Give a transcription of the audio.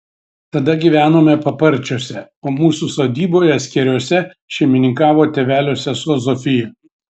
tada gyvenome paparčiuose o mūsų sodyboje skėriuose šeimininkavo tėvelio sesuo zofija